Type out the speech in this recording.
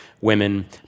women